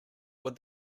would